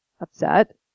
upset